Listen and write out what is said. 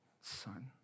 Son